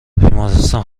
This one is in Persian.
بیمارستان